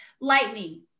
lightning